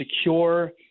secure